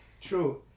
true